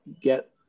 Get